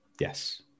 Yes